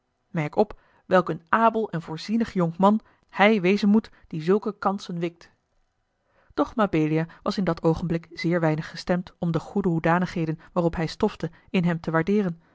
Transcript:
merk op welk een abel en voorzienig jonkman hij wezen moet die zulke kansen wikt doch mabelia was in dat oogenblik zeer weinig gestemd om de goede hoedanigheden waarop hij stofte in hem te waardeeren